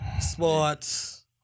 Sports